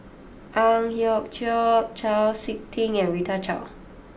Ang Hiong Chiok Chau Sik Ting and Rita Chao